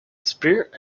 spirit